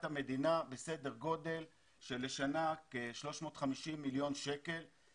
המדינה סדר גודל של כ-350 מיליון שקל לשנה,